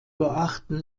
beachten